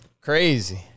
Crazy